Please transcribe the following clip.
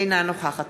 אינה נוכחת